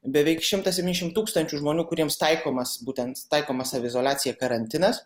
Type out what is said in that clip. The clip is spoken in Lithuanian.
beveik šimtas septyniašim tūkstančių žmonių kuriems taikomas būtent taikoma saviizoliacija karantinas